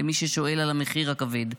למי ששואל על המחיר הכבד.